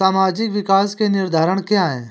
सामाजिक विकास के निर्धारक क्या है?